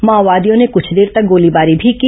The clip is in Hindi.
माओवादियों ने कृछ देर तक गोलीबारी भी की